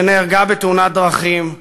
שנהרגה בתאונת דרכים,